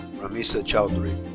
ramisa chowdhury.